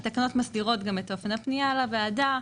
התקנות גם מסדירות את אופן הפנייה לוועדה.